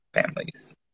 families